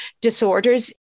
disorders